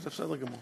זה בסדר.